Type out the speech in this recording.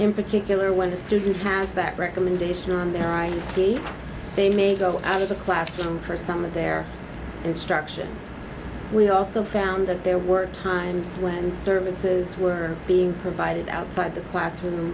in particular when the student has that recommendation on the right be they may go out of the classroom for some of their instruction we also found that there were times when services were being provided outside the classroom